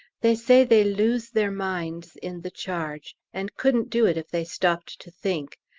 they say they lose their minds in the charge, and couldn't do it if they stopped to think,